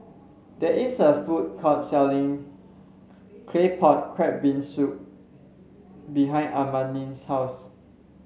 there is a food court selling Claypot Crab Bee Hoon Soup behind Amani's house